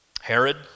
Herod